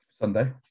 Sunday